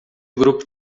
grupo